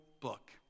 book